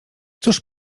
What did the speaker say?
cóż